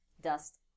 Dust